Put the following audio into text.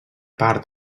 part